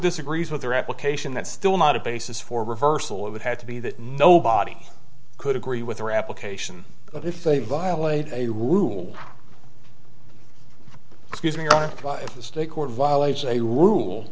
disagrees with their application that's still not a basis for reversal of it had to be that nobody could agree with their application but if they violate a rule excuse me or a